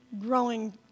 growing